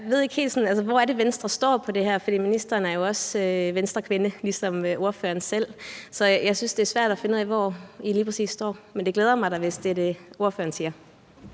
hvor det er, Venstre står i forhold til det her. For ministeren er jo Venstrekvinde ligesom ordføreren selv. Så jeg synes, det er svært at finde ud af, hvor I lige præcis står. Men det glæder mig da, hvis det er det, ordføreren siger.